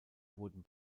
wurden